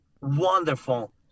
wonderful